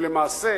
ולמעשה,